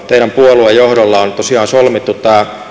teidän puolueen johdolla on tosiaan solmittu tämä